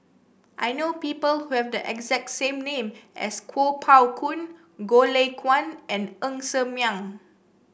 I know people who have the exact same name as Kuo Pao Kun Goh Lay Kuan and Ng Ser Miang